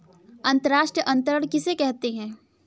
अंतर्राष्ट्रीय अंतरण किसे कहते हैं?